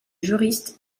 juriste